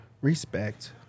Respect